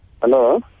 Hello